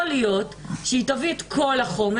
יכול להיות שהיא תביא את כל החומר,